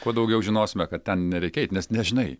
kuo daugiau žinosime kad ten nereikia eiti nes nežinai